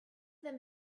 them